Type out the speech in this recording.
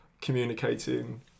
communicating